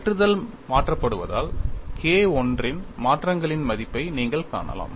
ஏற்றுதல் மாற்றப்படுவதால் K I மாற்றங்களின் மதிப்பை நீங்கள் காணலாம்